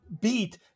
beat